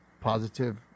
positive